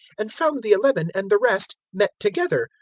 and found the eleven and the rest met together,